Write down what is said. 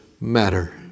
matter